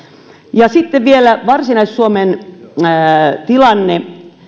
ja sitten vielä varsinais suomen tilanne